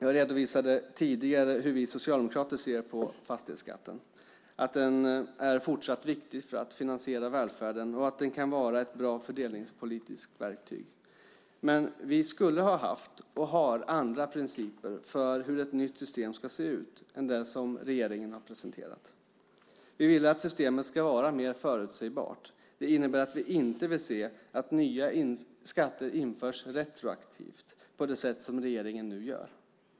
Jag redovisade tidigare hur vi socialdemokrater ser på fastighetsskatten, att den är fortsatt viktig för att finansiera välfärden och att den kan vara ett bra fördelningspolitiskt verktyg. Men vi skulle ha haft och har andra principer för hur ett nytt system ska se ut, ett annat än det som regeringen har presenterat. Vi vill att systemet ska vara mer förutsägbart. Det innebär att vi inte vill se att nya skatter införs retroaktivt på det sätt som regeringen nu gör.